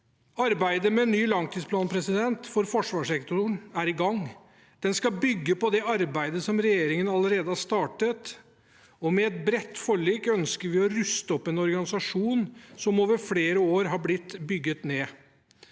Arbeidet med en ny langtidsplan for forsvarssektoren er i gang. Den skal bygge på det arbeidet som regjeringen allerede har startet, og med et bredt forlik ønsker vi å ruste opp en organisasjon som over flere år har blitt bygd ned.